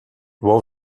vou